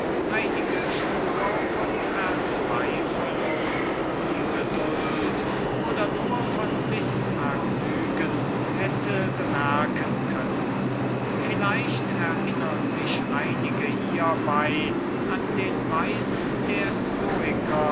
einige spur von verzweiflung ungeduld oder nur von mißvergnügen hätte bemerken können vielleicht erinnern sich einige hiebei an den weisen der stoiker